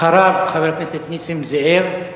אחריו, חבר הכנסת נסים זאב,